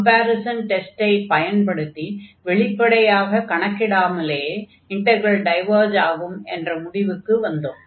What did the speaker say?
comparison டெஸ்டை பயன்படுத்தி வெளிப்படையாக கணக்கிடாமலேயே இன்டக்ரல் டைவர்ஜ் ஆகும் என்ற முடிவுக்கு வந்தோம்